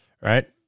Right